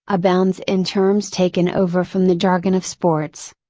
abounds in terms taken over from the jargon of sports.